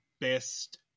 best